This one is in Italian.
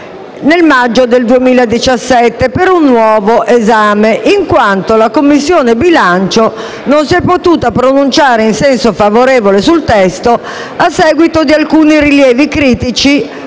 31 maggio 2017 per un nuovo esame, in quanto la Commissione Bilancio non si è potuta pronunciare in senso favorevole sul testo a seguito di alcuni rilievi critici